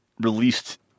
released